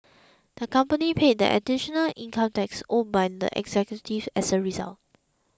the company paid the additional income taxes owed by the executives as a result